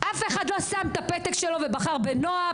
אף אחד לא שם את הפתק שלו ובחר בנועה,